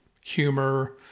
humor